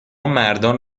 مردان